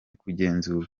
kugenzurwa